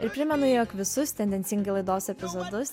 ir primenu jog visus tendencingai laidos epizodus